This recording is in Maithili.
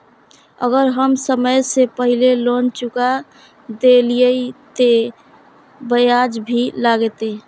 अगर हम समय से पहले लोन चुका देलीय ते ब्याज भी लगते?